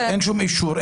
אין שום אישור,